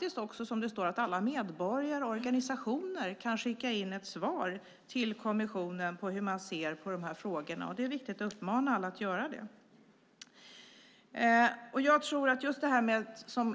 Det står också att alla medborgare och organisationer kan skicka in ett svar till kommissionen på hur man ser på dessa frågor, och det är viktigt att uppmana alla att göra det.